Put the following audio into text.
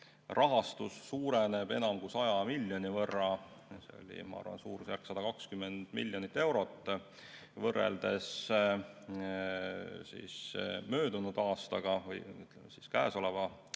rahastus suureneb enam kui 100 miljoni võrra. See oli, ma arvan, suurusjärgus 120 miljonit eurot, võrreldes möödunud aastaga või käesoleva